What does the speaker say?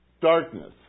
Darkness